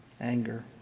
Anger